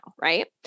right